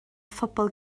phobl